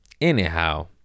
Anyhow